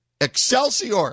Excelsior